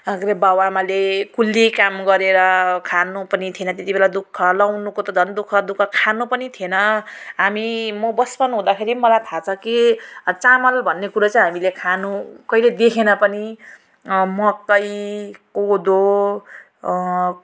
के अरे बाउ आमाले कुल्ली काम गरेर खानु पनि थिएन त्यति बेला दुःख लगाउनुको त झन् दुःख दुःख खानु पनि थिएन हामी म बचपन हुँदाखेरि मलाई थाहा छ कि चामल भन्ने कुरो चाहिँ हामीले खानु कहिले देखेन पनि मकै कोदो